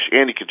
Andy